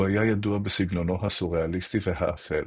הוא היה ידוע בסגנונו הסוריאליסטי והאפל.